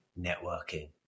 networking